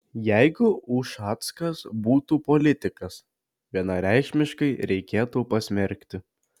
jeigu ušackas būtų politikas vienareikšmiškai reikėtų pasmerkti